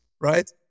right